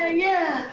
ah yeah